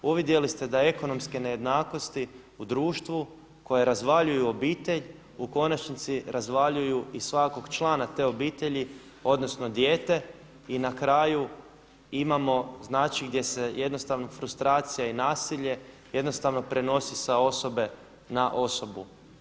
Uvidjeli ste da ekonomske nejednakosti u društvu koje razvaljuju obitelj u konačnici razvaljuju i svakog člana te obitelji, odnosno dijete i na kraju imamo, znači gdje se jednostavno frustracija i nasilje jednostavno prenosi sa osobe na osobu.